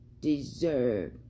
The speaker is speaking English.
deserve